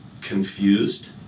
confused